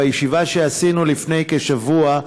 בישיבה שקיימנו לפני כשבוע,